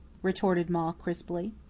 retorted ma crisply.